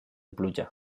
pluja